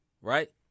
right